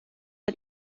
hat